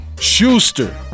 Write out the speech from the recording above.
Schuster